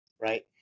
Right